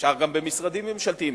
אפשר גם במשרדים ממשלתיים,